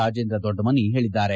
ರಾಜೇಂದ್ರ ದೊಡ್ಡಮನಿ ಹೇಳಿದ್ದಾರೆ